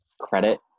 credit